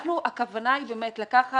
הכוונה היא באמת לחלק